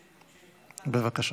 בבקשה.